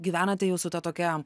gyvenate jau su ta tokia